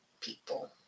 people